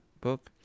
book